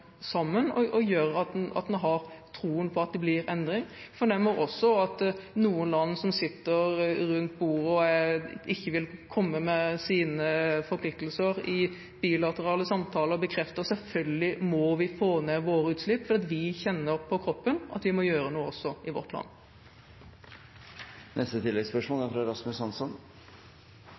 sammen og gjør at en har troen på at det blir endring. Det jeg fornemmer også, at noen land som sitter rundt bordet og ikke vil komme med sine forpliktelser i bilaterale samtaler, bekrefter selvfølgelig at vi må få ned våre utslipp for vi kjenner på kroppen at vi må gjøre noe også i vårt land.